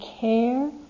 care